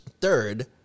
third